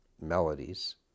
melodies